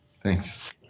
thanks